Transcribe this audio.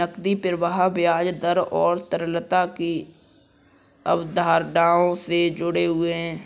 नकदी प्रवाह ब्याज दर और तरलता की अवधारणाओं से जुड़े हुए हैं